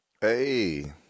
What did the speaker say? Hey